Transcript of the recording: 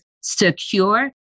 secure